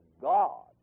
God